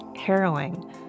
harrowing